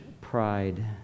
pride